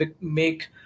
make